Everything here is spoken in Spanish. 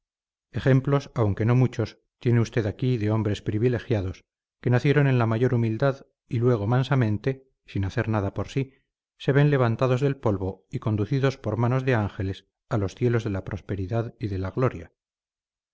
ejemplos aunque no muchos tiene usted aquí de hombres privilegiados que nacieron en la mayor humildad y luego mansamente sin hacer nada por sí se ven levantados del polvo y conducidos por manos de ángeles a los cielos de la prosperidad y de la gloria